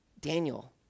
Daniel